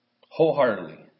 wholeheartedly